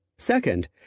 Second